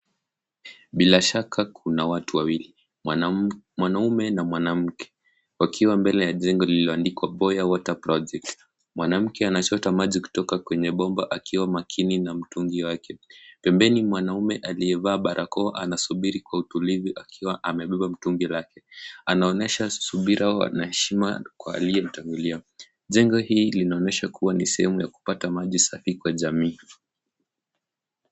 Bila shaka kuna watu wawili, mwanaume na mwanamke, wakiwa mbele ya njengo lililo andikwa Boya water project . Mwanamke anachota maji kutoka kwenye mbomba akiwa makini na mtungi wake. Pembeni mwanaume aliyevaa barakoa anasubili kwa utulivu akiwa amembemba mtungi lake. Anaonyesha subira na heshima kwa aliyemtangulia. Njengo hii linaonyesha kuwa ni seheme ya kupata maji safi kwa jamii.